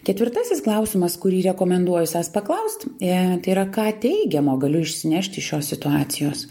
ketvirtasis klausimas kurį rekomenduoju savęs paklaust tai yra ką teigiamo galiu išsinešti šios situacijos